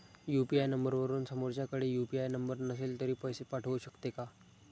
UPI नंबरवरून समोरच्याकडे UPI number नसेल तरी पैसे पाठवू शकते का?